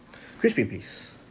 crispy please